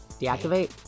deactivate